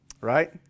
right